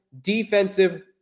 defensive